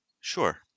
Sure